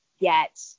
get